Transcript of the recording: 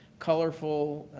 colorful,